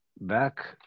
back